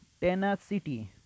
Tenacity